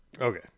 okay